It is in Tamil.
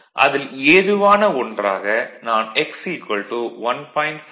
அதில் ஏதுவான ஒன்றாக நான் x 1